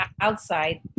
outside